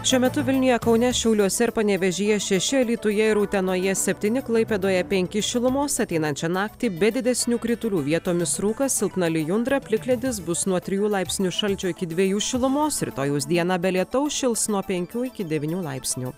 šiuo metu vilniuje kaune šiauliuose ir panevėžyje šeši alytuje ir utenoje septyni klaipėdoje penki šilumos ateinančią naktį be didesnių kritulių vietomis rūkas silpna lijundra plikledis bus nuo trijų laipsnių šalčio iki dviejų šilumos rytojaus dieną be lietaus šils nuo penkių iki devynių laipsnių